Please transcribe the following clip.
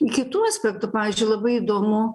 kitų aspektų pavyzdžiui labai įdomu